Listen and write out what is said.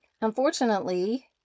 Unfortunately